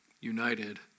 united